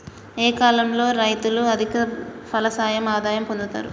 ఏ కాలం లో రైతులు అధిక ఫలసాయం ఆదాయం పొందుతరు?